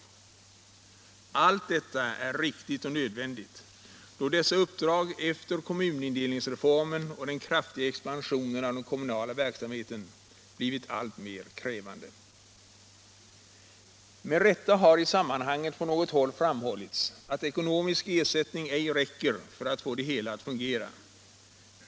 Allt detta är riktigt och nödvändigt, då dessa uppdrag efter kommunindelningsreformen och den kraftiga expansionen av den kommunala verksamheten blivit alltmer krävande. § Med rätta har i sammanhanget från något håll framhållits att ekonomisk ersättning ej räcker för att få det hela att fungera.